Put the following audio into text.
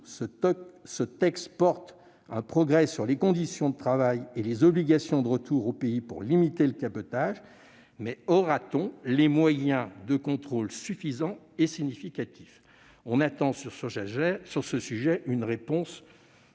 Ce texte présente un progrès sur les conditions de travail et les obligations de retour au pays pour limiter le cabotage, mais aura-t-on des moyens de contrôle suffisants et significatifs ? On attend sur ce sujet une réponse